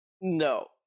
No